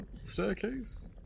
staircase